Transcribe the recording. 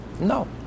no